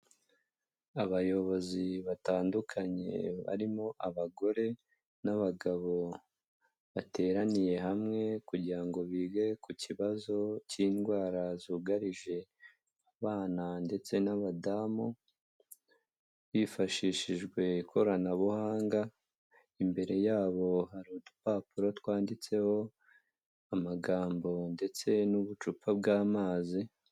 Abayobozi batandukanye barimo abagore n'abagabo, bateraniye hamwe kugira ngo bige ku kibazo cy'indwara zugarije abana ndetse n'abadamu, hifashishijwe ikoranabuhanga, imbere yabo hari udupapuro twanditseho amagambo ndetse n'ubucupa bw'amazi.